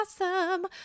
awesome